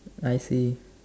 I see